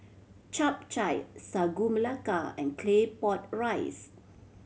Chap Chai Sagu Melaka and Claypot Rice